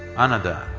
another,